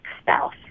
spouse